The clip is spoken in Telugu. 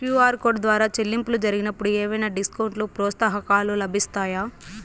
క్యు.ఆర్ కోడ్ ద్వారా చెల్లింపులు జరిగినప్పుడు ఏవైనా డిస్కౌంట్ లు, ప్రోత్సాహకాలు లభిస్తాయా?